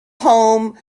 home